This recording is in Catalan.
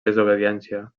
desobediència